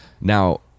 Now